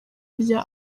rya